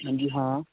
अंजी हां